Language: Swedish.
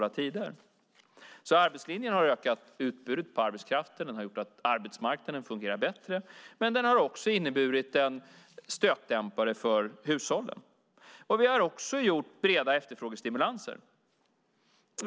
Arbetslinjen har ökat utbudet på arbetskraft och har gjort att arbetsmarknaden fungerar bättre, men den har också varit en stötdämpare för hushållen. Vi har också gjort breda efterfrågestimulanser.